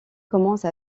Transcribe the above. commence